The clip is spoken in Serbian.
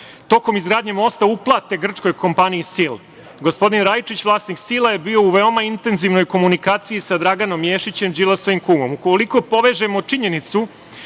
tokom izgradnje mosta uplate grčkoj kompaniji „Sil“.Gospodin Rajčić, vlasnik „Sil-a“ je bio u veoma intenzivnoj komunikaciji sa Draganom Ješićem, Đilasovim kumom. Ukoliko povežemo činjenicu